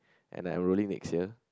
and I enrolling next year